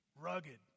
Rugged